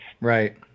Right